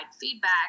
feedback